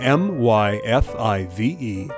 myfive